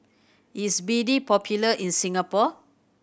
is B D popular in Singapore